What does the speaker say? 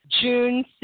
June